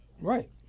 Right